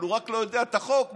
אבל הוא רק לא יודע את החוק.